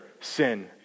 sin